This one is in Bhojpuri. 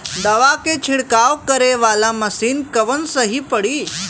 दवा के छिड़काव करे वाला मशीन कवन सही पड़ी?